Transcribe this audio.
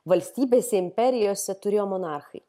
valstybėse imperijose turėjo monarchai